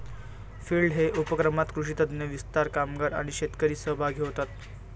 field day उपक्रमात कृषी तज्ञ, विस्तार कामगार आणि शेतकरी सहभागी होतात